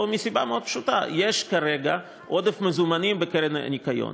מסיבה מאוד פשוטה: יש כרגע עודף מזומנים בקרן לשמירת הניקיון.